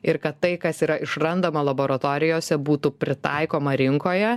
ir kad tai kas yra išrandama laboratorijose būtų pritaikoma rinkoje